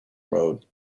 mode